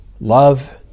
love